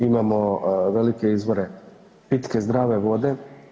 Imamo velike izvore pitke zdrave vode.